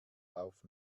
auf